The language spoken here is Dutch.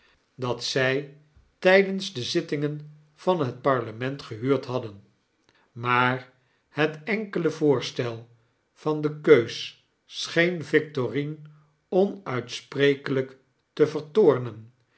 dat zij tydens de zittingeu van het parlement gehuurd hadden maar het enkele voorstel van de keus scheen victorine onuitsprekelijk te vertoornen